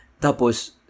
Tapos